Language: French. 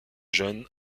jeune